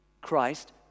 Christ